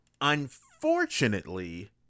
unfortunately